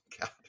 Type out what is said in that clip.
God